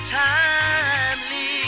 timely